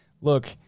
look